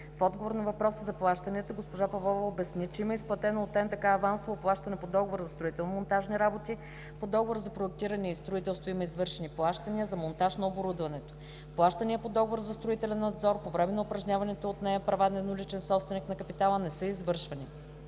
В отговор на въпроса за плащанията г-жа Павлова обясни, че има изплатено от НДК авансово плащане по договора за строително-монтажните работи, по договора за проектиране и строителство, има извършени плащания за монтаж на оборудването. Плащания по договора за строителен надзор по време на упражняваните от нея права на едноличния собственик на капитала не са извършвани.